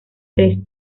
tres